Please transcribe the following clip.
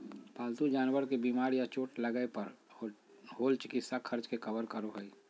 पालतू जानवर के बीमार या चोट लगय पर होल चिकित्सा खर्च के कवर करो हइ